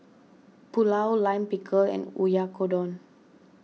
Pulao Lime Pickle and Oyakodon